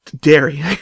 Dairy